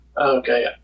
Okay